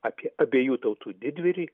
apie abiejų tautų didvyrį